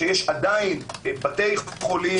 יש עדיין בתי חולים,